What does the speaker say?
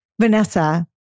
Vanessa